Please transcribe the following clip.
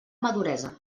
maduresa